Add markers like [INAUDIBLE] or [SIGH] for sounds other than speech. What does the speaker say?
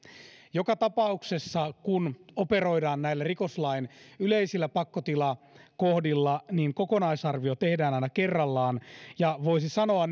joka tapauksessa kun operoidaan näillä rikoslain yleisillä pakkotilakohdilla kokonaisarvio tehdään aina kerrallaan ja voisi sanoa [UNINTELLIGIBLE]